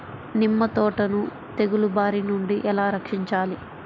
నిమ్మ తోటను తెగులు బారి నుండి ఎలా రక్షించాలి?